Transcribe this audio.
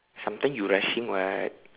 sometime you rushing [what]